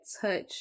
touch